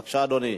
בבקשה, אדוני.